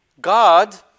God